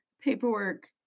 paperwork